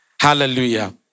Hallelujah